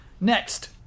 next